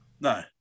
No